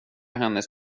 hennes